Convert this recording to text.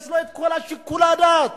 יש לו כל שיקול הדעת